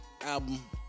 album